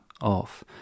off